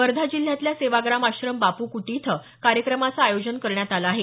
वर्धा जिल्ह्यातल्या सेवाग्राम आश्रम बापू कुटी इथं कार्यक्रमाचं आयोजन करण्यात आलं आहे